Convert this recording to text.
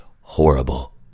horrible